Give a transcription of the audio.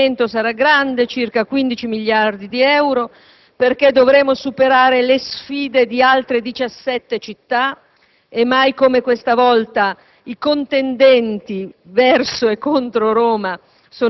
sia necessario operare con molta puntualità perché l'investimento sarà grande (circa 15 miliardi di euro) e perché dovremo superare la sfida di altre 17 città